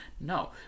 no